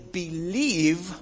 believe